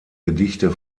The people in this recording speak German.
gedichte